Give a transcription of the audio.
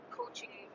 coaching